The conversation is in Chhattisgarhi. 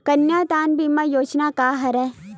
कन्यादान बीमा योजना का हरय?